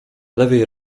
lewej